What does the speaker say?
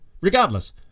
Regardless